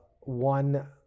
one